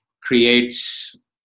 creates